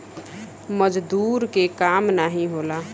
मजदूर के काम नाही होला